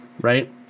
right